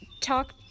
talk